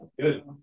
Good